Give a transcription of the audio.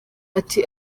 ati